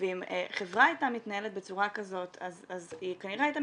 ואם חברה הייתה מתנהלת בצורה כזאת היא כנראה הייתה